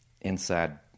inside